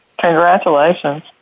Congratulations